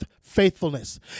faithfulness